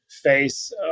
face